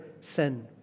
sin